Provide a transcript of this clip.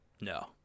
No